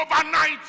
overnight